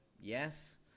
yes